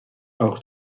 auch